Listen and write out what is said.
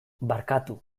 barkatu